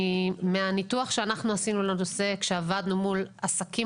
מהניתוח שאנחנו עשינו לנושא כשעבדנו מול עסקים